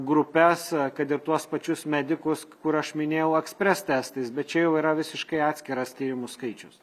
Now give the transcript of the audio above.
grupes kad ir tuos pačius medikus kur aš minėjau ekspres testais bet čia jau yra visiškai atskiras tyrimų skaičius